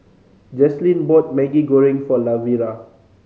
Jaslyn bought Maggi Goreng for Lavera